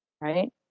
right